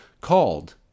called